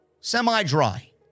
Semi-dry